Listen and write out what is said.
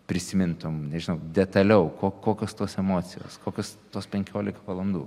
prisimintum nežinau detaliau ko kokios tos emocijos kokios tos penkiolika valandų